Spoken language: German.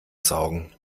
saugen